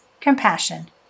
compassion